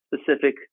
specific